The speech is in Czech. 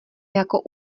jako